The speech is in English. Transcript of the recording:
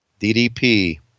DDP